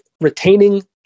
retaining